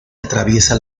atraviesa